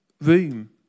room